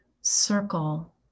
circle